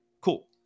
Cool